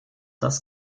das